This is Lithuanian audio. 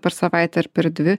per savaitę ar per dvi